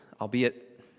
albeit